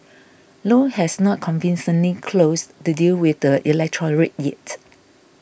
Low has not convincingly closed the deal with the electorate yet